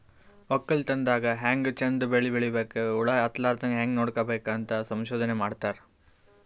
ವಕ್ಕಲತನ್ ದಾಗ್ ಹ್ಯಾಂಗ್ ಚಂದ್ ಬೆಳಿ ಬೆಳಿಬೇಕ್, ಹುಳ ಹತ್ತಲಾರದಂಗ್ ಹ್ಯಾಂಗ್ ನೋಡ್ಕೋಬೇಕ್ ಅಂತ್ ಸಂಶೋಧನೆ ಮಾಡ್ತಾರ್